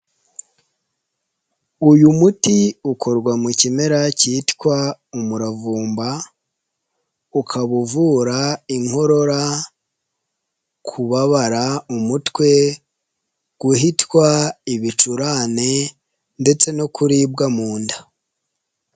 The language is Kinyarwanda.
Uyu muti ukorwa mu kimera kitwa umuravumba, ukaba uvura: inkorora, kubabara umutwe, guhitwa, ibicurane ndetse no kuribwa mu nda.